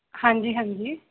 ਹਾਂਜੀ ਹਾਂਜੀ